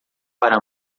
para